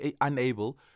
unable